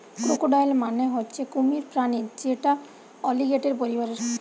crocodile মানে হচ্ছে কুমির প্রাণী যেটা অলিগেটের পরিবারের